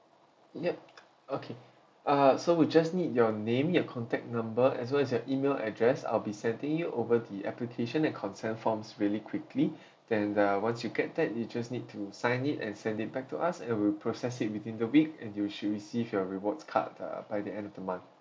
ya okay uh so we just need your name your contact number as well as your email address I'll be sending you over the application and consent forms really quickly then uh once you get that you just need to sign it and send it back to us and we will process it within the week and you should receive your rewards card ah by the end of the month